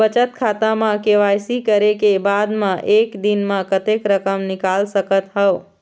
बचत खाता म के.वाई.सी करे के बाद म एक दिन म कतेक रकम निकाल सकत हव?